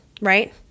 right